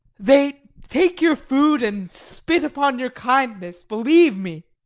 they take your food and spit upon your kindness, believe me.